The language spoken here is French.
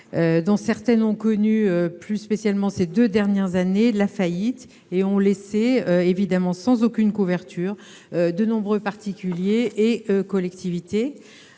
dont certaines ont connu, notamment au cours des deux dernières années, la faillite, et ont laissé sans aucune couverture de nombreux particuliers et collectivités.